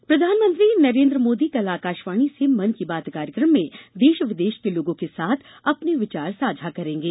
मन की बात प्रधानमंत्री नरेन्द्र मोदी कल आकाशवाणी से मन की बात कार्यक्रम में देश विदेश के लोगों के साथ अपने विचार साझा करेंगे